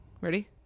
Ready